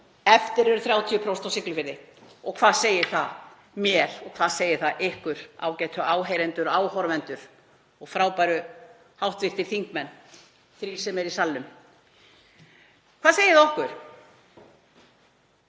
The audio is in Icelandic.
Eftir eru 30% á Siglufirði. Og hvað segir það mér og hvað segir það ykkur, ágætu áheyrendur og áhorfendur og frábæru hv. þingmenn, þrír, sem eruð í salnum? Hvað segir það okkur?